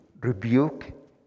rebuke